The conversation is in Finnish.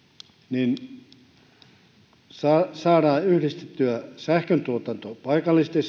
niin saataisiin käytettyä sitä yhdistettyyn sähköntuotantoon paikallisesti